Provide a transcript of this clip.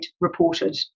reported